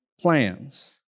plans